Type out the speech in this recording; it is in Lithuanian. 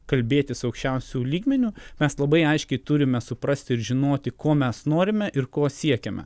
kalbėtis aukščiausiu lygmeniu mes labai aiškiai turime suprasti ir žinoti ko mes norime ir ko siekiame